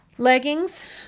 leggings